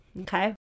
okay